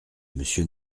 monsieur